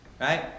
right